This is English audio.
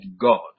God